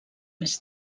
més